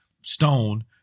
stone